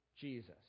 Jesus